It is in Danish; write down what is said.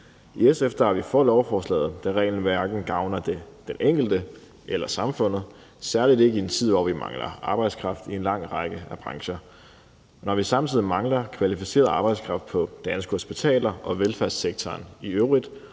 I SF er vi for lovforslaget, da reglen hverken gavner den enkelte eller samfundet, særlig ikke i en tid, hvor vi mangler arbejdskraft i en lang række brancher. Når vi samtidig mangler kvalificeret arbejdskraft på danske hospitaler og i velfærdssektoren i øvrigt